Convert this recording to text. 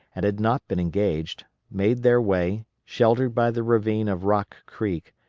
and had not been engaged, made their way, sheltered by the ravine of rock creek,